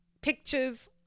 pictures